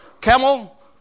camel